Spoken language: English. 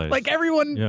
like everyone. yeah